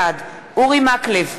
בעד אורי מקלב,